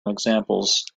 examples